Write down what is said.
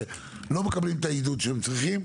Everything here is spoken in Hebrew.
שלא מקבלים את העידוד שהם צריכים.